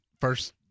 first